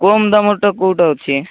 କମ୍ ଦାମ୍ ଟା କୋଉଟା ଅଛି